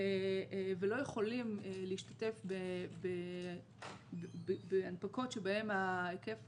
ולא יכולים להשתתף בהנפקות שבהן היקף